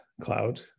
cloud